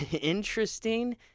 interesting